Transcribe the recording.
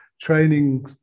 training